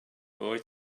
boy